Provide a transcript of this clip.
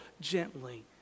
gently